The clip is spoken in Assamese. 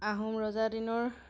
আহোম ৰজাৰ দিনৰ